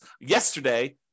yesterday